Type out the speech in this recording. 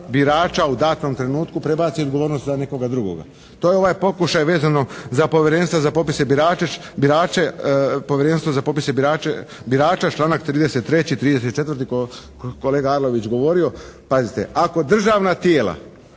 u datom trenutku prebaci odgovornost na nekoga drugoga. To je ovaj pokušaj vezano za Povjerenstvo za popise birača, članak 33., 34., koji je kolega Arlović govorio. Pazite, ako državna tijela